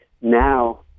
now